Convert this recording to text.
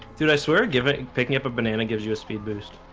dude i swear give it picking up a banana gives you a speed boost,